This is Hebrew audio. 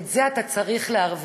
את זה אתה צריך להרוויח,